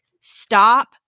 stop